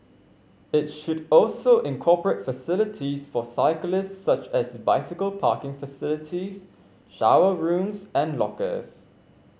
it should also incorporate facilities for cyclists such as bicycle parking facilities shower rooms and lockers